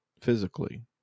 physically